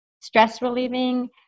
stress-relieving